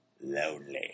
lonely